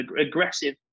aggressive